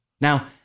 Now